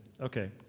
okay